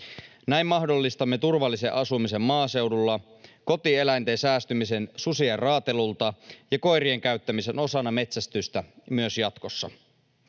Näin mahdollistamme turvallisen asumisen maaseudulla, kotieläinten säästymisen susien raatelulta ja koirien käyttämisen osana metsästystä myös jatkossa.